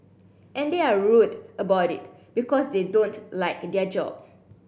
and they're rude about it because they don't like their job